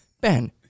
Ben